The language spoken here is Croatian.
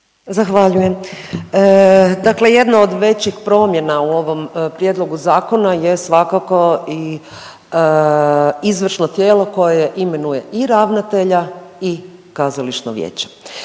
Zahvaljujem. Dakle jedno od većih promjena u ovom Prijedlogu zakona je svakako i izvršno tijelo koje imenuje i ravnatelja i kazališno vijeće.